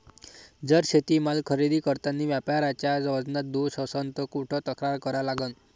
जर शेतीमाल खरेदी करतांनी व्यापाऱ्याच्या वजनात दोष असन त कुठ तक्रार करा लागन?